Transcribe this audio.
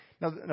Now